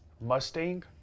mustang